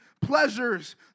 pleasures